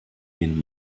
den